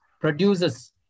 produces